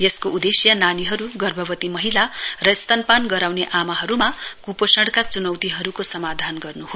यसको उदेश्य नानीहरू गर्भवती महिला र स्तनपान गराउने आमाहरूमा क्पोषणका च्नौतीहरूको समाधान गर्न् हो